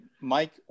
Mike